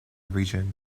region